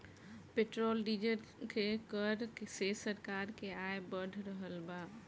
petrol diesel के कर से सरकार के आय बढ़ रहल बा